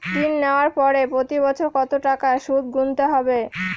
ঋণ নেওয়ার পরে প্রতি বছর কত টাকা সুদ গুনতে হবে?